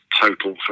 total